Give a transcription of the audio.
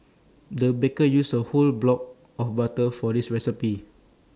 the baker used A whole block of butter for this recipe